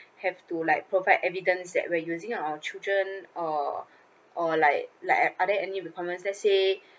have to like provide evidence that we're using our children or or like like are there any requirements let's say